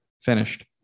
finished